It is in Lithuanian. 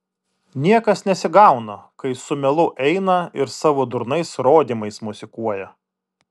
niekas nesigauna kai su melu eina ir savo durnais rodymais mosikuoja